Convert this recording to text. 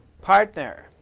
partner